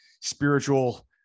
spiritual